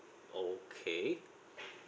okay